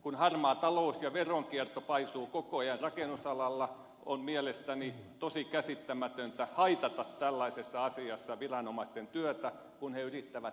kun harmaa talous ja veronkierto paisuu koko ajan rakennusalalla on mielestäni tosi käsittämätöntä haitata tällaisessa asiassa viranomaisten työtä kun he yrittävät puhdistaa alaa